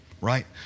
right